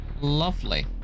Lovely